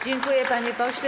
Dziękuję, panie pośle.